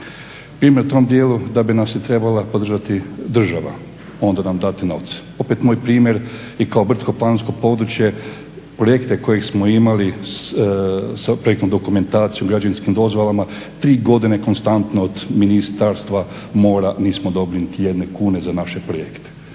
i na tom dijelu da bi nas trebala podržati država, onda nam dati novce. Opet moj primjer i kao brdsko-planinsko područje projekte koje smo imali s projektnom dokumentacijom, građevinskim dozvolama, tri godine konstantno od Ministarstva mora nismo dobili niti jedne kune za naše projekte.